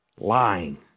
Lying